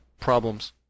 problems